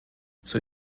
zur